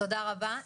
תודה רבה,